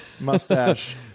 mustache